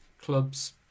clubs